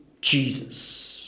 Jesus